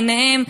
בעיניהם,